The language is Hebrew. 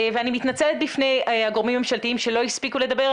ואני מתנצלת בפני הגורמים הממשלתיים שלא הספיקו לדבר,